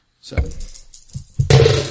seven